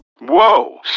Whoa